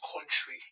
country